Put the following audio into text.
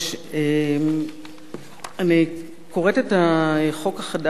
אני קוראת את החוק החדש הזה,